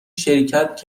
شرکت